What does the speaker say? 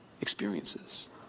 experiences